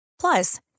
Plus